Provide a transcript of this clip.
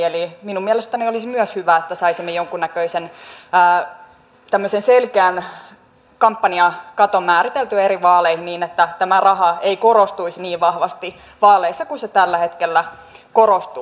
eli minun mielestäni olisi myös hyvä että saisimme tämmöisen selkeän kampanjakaton määriteltyä eri vaaleihin niin että raha ei korostuisi niin vahvasti kuin se tällä hetkellä korostuu